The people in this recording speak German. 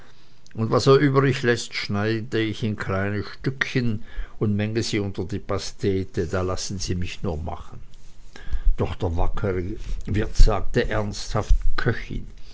und was er übrigläßt schneide ich in kleine stückchen und menge sie unter die pastete da lassen sie nur mich machen doch der wackere wirt sagte ernsthaft köchin